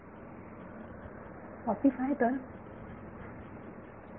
विद्यार्थी 45 तर